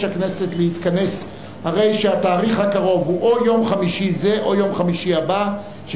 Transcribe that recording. הישיבה הבאה תתקיים ביום שני, ג'